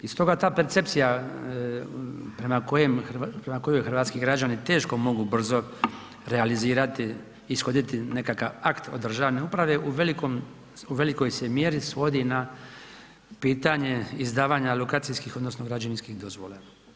I stoga ta percepcija prema kojoj hrvatski građani teško mogu brzo realizirati i ishoditi nekakav akt od državne uprave u velikom, velikoj se mjeri svodi na pitanje izdavanje lokacijskih odnosno građevinskih dozvola.